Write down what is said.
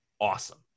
awesome